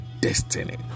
destiny